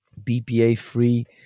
BPA-free